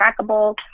trackable